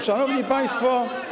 Szanowni Państwo!